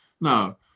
no